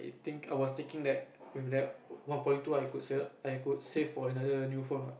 think I was thinking that with that one point two I could save up I could save for another new phone what